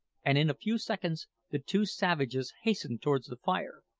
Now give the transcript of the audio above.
and in a few seconds the two savages hastened towards the fire,